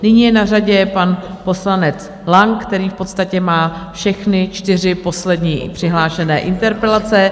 Nyní je na řadě pan poslanec Lang, který v podstatě má všechny čtyři poslední přihlášené interpelace.